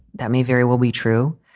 that may very well be true,